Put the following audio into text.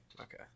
okay